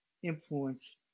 influence